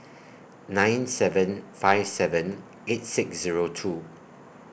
nine seven five seven eight six Zero two